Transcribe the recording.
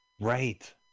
Right